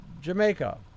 Jamaica